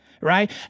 right